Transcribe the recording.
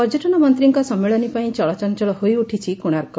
ପର୍ଯ୍ୟଟନ ମନ୍ତୀଙ୍କ ସମ୍ମିଳନୀ ପାଇଁ ଚଳଚଞଳ ହୋଇଉଠିଛି କୋଶାର୍କ